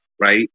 right